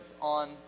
on